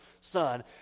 son